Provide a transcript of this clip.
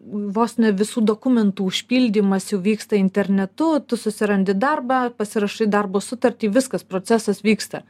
vos ne visų dokumentų užpildymas jau vyksta internetu tu susirandi darbą pasirašai darbo sutartį viskas procesas vyksta